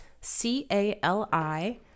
c-a-l-i